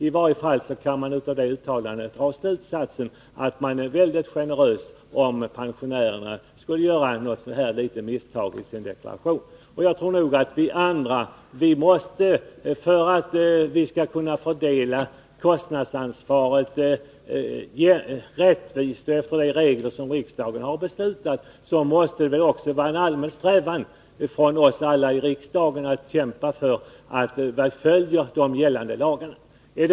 I varje fall kan jag av kommentarerna dra slutsatsen att man kommer att vara mycket generös om en pensionär skulle göra något sådant litet misstag i sin deklaration. För att vi skall kunna fördela kostnadsansvaret rättvist och efter de regler som riksdagen har fastställt måste vi alla i riksdagen kämpa för att man skall följa de gällande lagarna.